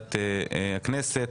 ועדת הכנסת,